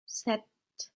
sept